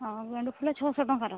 ହଁ ଗେଣ୍ଡୁ ଫୁଲ ଛଅଶହ ଟଙ୍କାର